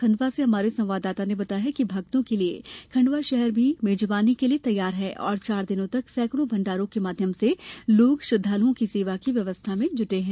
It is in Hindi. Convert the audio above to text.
खंडवा से हमारे संवाददाता ने बताया है कि भक्तों के लिए खंडवा शहर भी मेजबानी के लिए तैयार है और चार दिनों तक सैकड़ों भंडारों के माध्यम से लोग श्रद्दालुओं की सेवा की व्यवस्था में जुटे हैं